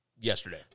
yesterday